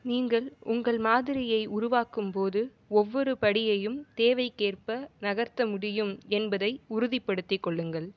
நீங்கள் உங்கள் மாதிரியை உருவாக்கும்போது ஒவ்வொரு படியையும் தேவைக்கேற்ப நகர்த்த முடியும் என்பதை உறுதிப்படுத்திக் கொள்ளுங்கள்